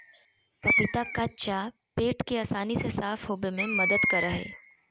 पपीता कच्चा पेट के आसानी से साफ होबे में मदद करा हइ